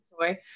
toy